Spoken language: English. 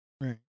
Right